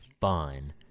fun